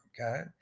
okay